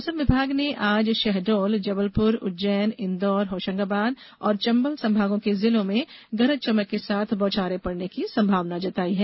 मौसम विभाग ने आज शहडोल जबलपुर उज्जैन इन्दौर होषंगाबाद और चंबल संभागों के जिलों में गरज चमक के साथ बौछारे पड़ने की संभावना जताई है